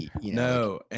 No